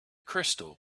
crystal